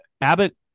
Abbott